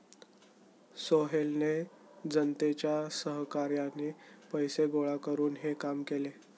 सोहेलने जनतेच्या सहकार्याने पैसे गोळा करून हे काम केले